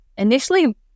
Initially